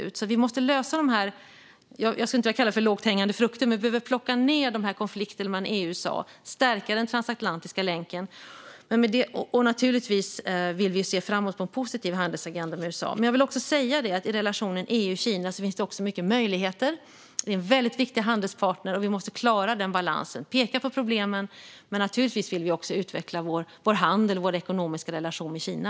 Jag vill inte tala om lågt hängande frukter, men vi behöver plocka ned dessa konflikter mellan EU och USA och stärka den transatlantiska länken. Naturligtvis vill vi se framåt på en positiv handelsagenda med USA. Låt mig också säga att i relationen EU-Kina finns det också mycket möjligheter. Det är en väldigt viktig handelspartner, och vi måste klara den balansen. Vi ska peka på problemen, men naturligtvis vill vi också utveckla vår handel och vår ekonomiska relation med Kina.